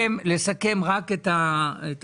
רוצה לסכם את התאריכים: